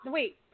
wait